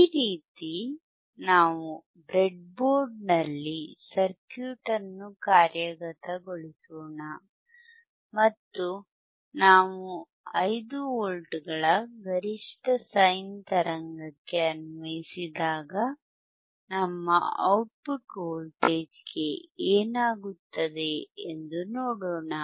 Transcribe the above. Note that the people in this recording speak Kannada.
ಈ ರೀತಿ ನಾವು ಬ್ರೆಡ್ಬೋರ್ಡ್ನಲ್ಲಿ ಸರ್ಕ್ಯೂಟ್ ಅನ್ನು ಕಾರ್ಯಗತಗೊಳಿಸೋಣ ಮತ್ತು ನಾವು 5 ವೋಲ್ಟ್ಗಳ ಗರಿಷ್ಠ ಸೈನ್ ತರಂಗಕ್ಕೆ ಅನ್ವಯಿಸಿದಾಗ ನಮ್ಮ ಔಟ್ಪುಟ್ ವೋಲ್ಟೇಜ್ಗೆ ಏನಾಗುತ್ತದೆ ಎಂದು ನೋಡೋಣ